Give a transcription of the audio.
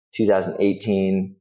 2018